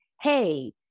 hey